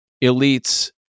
elite's